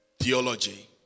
Theology